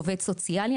עובד סוציאלי.